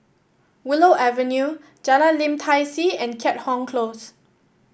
Willow Avenue Jalan Lim Tai See and Keat Hong Close